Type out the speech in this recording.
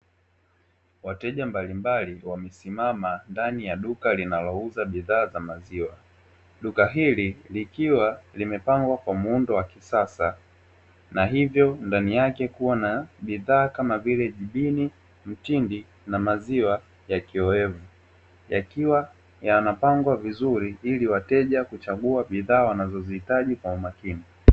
Wateja mbalimbali wamesimama ndani ya duka linalouza bidhaa za maziwa, duka hili likiwa limepangwa kwa muundo wa kisasa na hivyo ndani yake kuwa na bidhaa kama vile: jibini, mtindi, na maziwa yakiowevu yakiwa yanapangwa vizuri ili wateja kuchagua bidhaa wanazozihitaji kwa umakini.